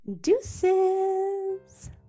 Deuces